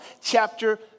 chapter